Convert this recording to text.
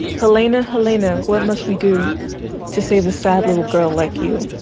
helena helena what must we do to save a sad little girl like you.